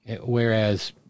Whereas